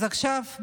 אז עכשיו,